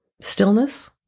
Stillness